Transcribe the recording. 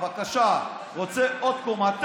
בבקשה, רוצה עוד קומה?